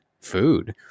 food